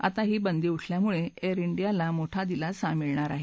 आता ही बंदी उठल्यामुळे एअर डियाला मोठा दिलासा मिळणार आहे